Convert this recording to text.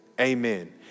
amen